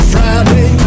Friday